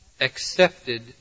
accepted